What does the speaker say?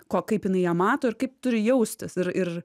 ko kaip jinai ją mato ir kaip turi jaustis ir ir